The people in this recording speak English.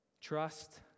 Trust